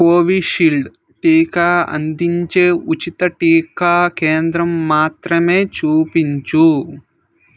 Covishield టీకా అందించే ఉచిత టీకా కేంద్రం మాత్రమే చూపించు